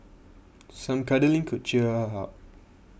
some cuddling could cheer her up